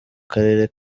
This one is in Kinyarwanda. karere